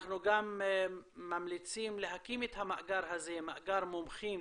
אנחנו גם ממליצים להקים את המאגר הזה, מאגר מומחים